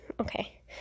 okay